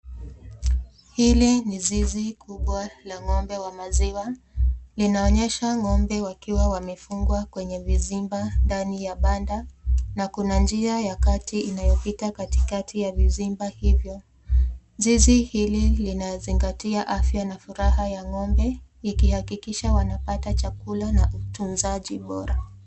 Hili ni zizi kubwa la ngombe wa maziwa, linaonyesha ngombe wakiwa wamefungwa kwenye mzimba ndani ya banda, na kuna njia ya kati inayopita katikati ya mzinga kwa hivyo zizi hili linazingatia afya na furaha ya ngombe ikihakikisha wanapata chakula na utunzaji bora.